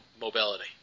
mobility